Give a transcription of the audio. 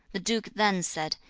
the duke then said,